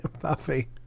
Puffy